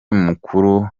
mukuru